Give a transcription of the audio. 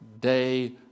day